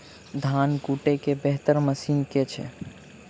धान कुटय केँ बेहतर मशीन केँ छै?